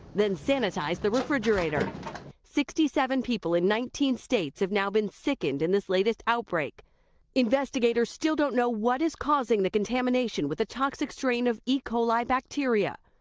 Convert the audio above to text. then sanitize the refrigerator sixty seven people in nineteen states have now been sickened in this latest outbreak investigators still don't know what is causing the contamination with the toxic strain of e. coli bacteria.